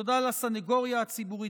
תודה לסנגוריה הציבורית,